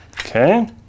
Okay